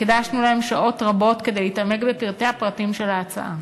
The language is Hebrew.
והקדשנו שעות רבות כדי להתעמק בפרטי הפרטים של ההצעה.